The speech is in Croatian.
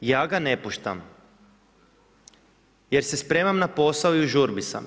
Ja ga ne puštam, jer se spremam na posao i u žurbi sam.